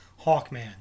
Hawkman